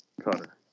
cutter